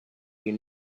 you